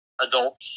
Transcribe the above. adults